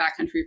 backcountry